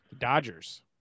Dodgers